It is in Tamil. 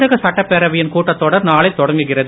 தமிழக சட்டப்பேரவையின் கூட்டத்தொடர் நாளை தொடங்குகிறது